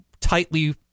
tightly